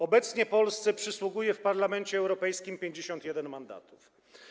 Obecnie Polsce przysługuje w Parlamencie Europejskim 51 mandatów.